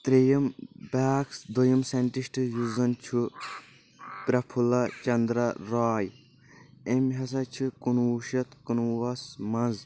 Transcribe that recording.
ترٛیِیم بیاکھ دوٚیِم ساینٹِسٹ یُس زن چھ پرفُلا چندرا راے أمۍ ہسا چھ کُنوُہ شتھ کُنوہس منٛز